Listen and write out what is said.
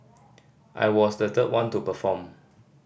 I was the third one to perform